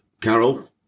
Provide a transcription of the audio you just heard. Carol